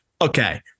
okay